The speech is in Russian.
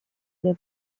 для